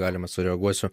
galima sureaguosiu